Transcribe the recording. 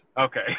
Okay